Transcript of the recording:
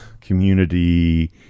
community